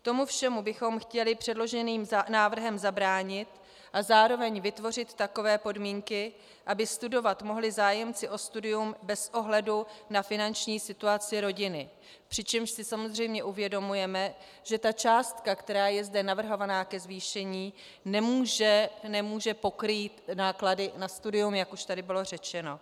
Tomu všemu bychom chtěli předloženým návrhem zabránit a zároveň vytvořit takové podmínky, aby studovat mohli zájemci o studium bez ohledu na finanční situaci rodiny, přičemž si samozřejmě uvědomujeme, že ta částka, která je zde navrhovaná ke zvýšení, nemůže pokrýt náklady na studium, jak už tady bylo řečeno.